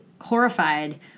horrified